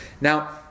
Now